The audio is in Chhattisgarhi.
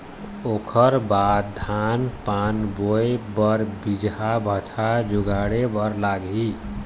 ओखर बाद धान पान बोंय बर बीजहा भतहा जुगाड़े बर लगही